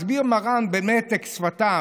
מסביר מרן במתק שפתיו,